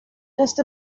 just